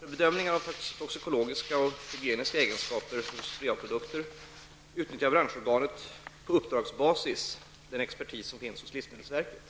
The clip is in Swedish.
För bedömningar av toxikologiska och hygieniska egenskaper hos VA-produkter utnyttjar branschorganet på uppdragsbasis den expertis som finns hos livsmedelsverket.